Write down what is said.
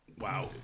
Wow